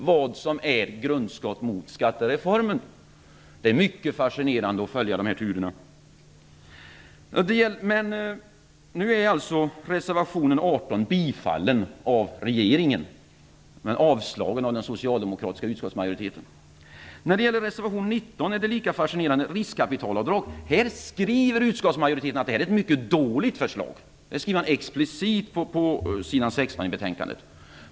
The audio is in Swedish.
Vad som är grundskott mot skattereformen varierar med någon veckas mellanrum ibland. Det är mycket fascinerande att följa dessa turer. Nu är alltså reservation 18 bifallen av regeringen, men avslagen av den socialdemokratiska utskottsmajoriteten. Reservation 19 om riskkapitalavdrag är lika fascinerande. Utskottsmajoriteten skriver att det är ett mycket dåligt förslag. Det skriver man explicit på s. 16 i betänkandet.